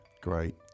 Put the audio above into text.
Great